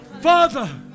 Father